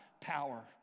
power